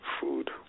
food